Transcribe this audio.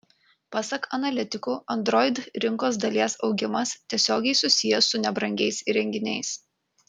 pasak analitikų android rinkos dalies augimas tiesiogiai susijęs su nebrangiais įrenginiais